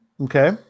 Okay